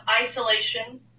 isolation